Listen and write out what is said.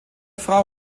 frau